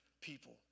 people